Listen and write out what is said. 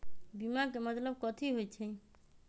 बीमा के मतलब कथी होई छई?